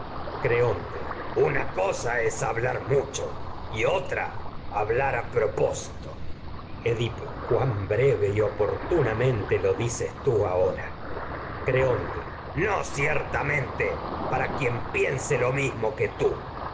una cosa es hablar mucho otra hablar a propósito edipo cuán breve y oportunamente lo dices txi ahora creonte no ciertamente para quien piense lo mis mo que tú